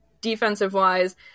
defensive-wise